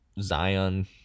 Zion